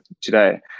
today